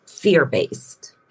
Fear-based